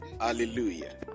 Hallelujah